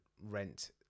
rent